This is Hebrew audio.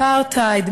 אפרטהייד,